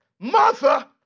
martha